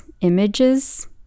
images